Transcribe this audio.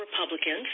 Republicans